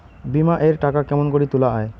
বিমা এর টাকা কেমন করি তুলা য়ায়?